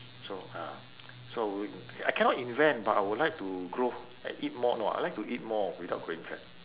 so ah so w~ I cannot invent but I would like to grow and eat more no I like to eat more without growing fat